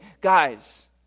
guys